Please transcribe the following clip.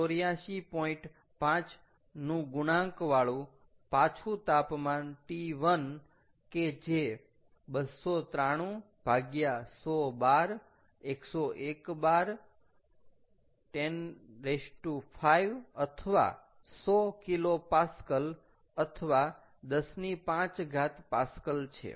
5 નું ગુણાંકવાળું પાછું તાપમાન T1 કે જે 293 ભાગ્યા 100 bar 101 bar 105 અથવા 100 kPa અથવા 105 Pascals છે